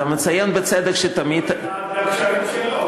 אתה מציין בצדק שתמיד, כל אחד והקשרים שלו.